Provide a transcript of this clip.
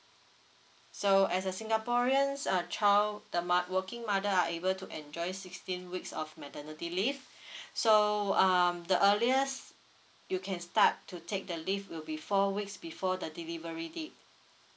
so as a singaporeans uh child the ma~ working mother are able to enjoy sixteen weeks of maternity leave so um the earliest you can start to take the leave will be four weeks before the delivery date